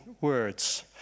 words